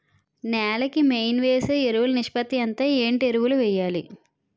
నేల కి మెయిన్ వేసే ఎరువులు నిష్పత్తి ఎంత? ఏంటి ఎరువుల వేయాలి?